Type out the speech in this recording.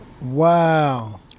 Wow